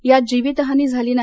यात जीवीत हानी झाली नाही